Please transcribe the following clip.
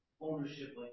ownership